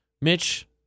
Mitch